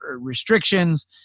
restrictions